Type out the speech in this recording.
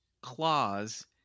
claws